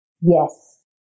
Yes